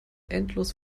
endlos